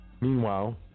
meanwhile